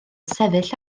sefyll